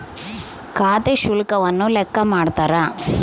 ಖಾತೆ ಶುಲ್ಕವನ್ನು ಲೆಕ್ಕ ಮಾಡ್ತಾರ